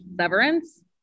Severance